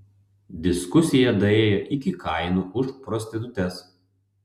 diskusija daėjo iki kainų už prostitutes